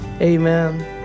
amen